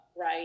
Right